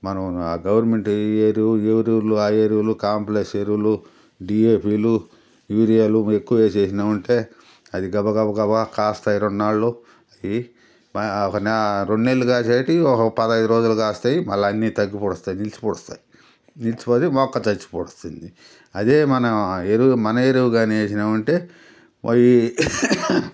మనం గవర్నమెంట్ ఈ ఎరువు ఈ ఎరువులు ఆ ఎరువులు కాంప్లెక్స్ ఎరువులు డిఎపిఎలు యూరియాలు ఎక్కువ వేసేసినాము అంటే అది గబ గబ గబ కాస్తాయి రెండు నాలు ఇది రెండు నెలలు కాసేటివి ఒక పదహైదు రోజులు కాస్తాయి మళ్ళీ అన్ని తగ్గి పొడుస్తాయి నిలిచి పొడుస్తాయి నిలిచిపోయి మొక్క చచ్చి పొడుస్తుంది అదే మన ఎరువు మన ఎరువు కాని వేసినాము అంటే వరి